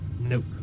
Nope